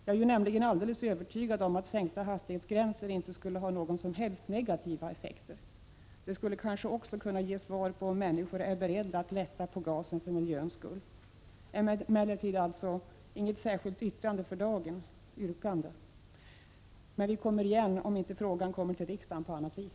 Jag är nämligen alldeles övertygad om att sänkta hastighetsgränser inte skulle ha några som helst negativa effekter. De skulle kanske också kunna ge ett svar på frågan om människor är beredda att lätta på gasen för miljöns skull. Jag har alltså inget särskilt yrkande för dagen. Men vi kommer igen, om inte frågan återkommer till riksdagen på annat vis.